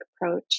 approach